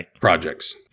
projects